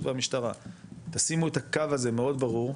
והמשטרה תשימו את הקו הזה מאוד ברור,